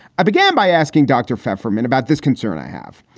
i began by asking dr. pfeifer men about this concern i have,